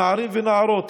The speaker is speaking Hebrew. נערים ונערות,